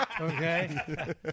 Okay